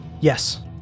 Yes